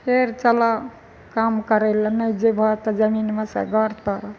फेर चलऽ काम करैलए नहि जेबहऽ तऽ जमीनमे सँ घर तोड़ऽ